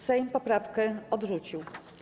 Sejm poprawkę odrzucił.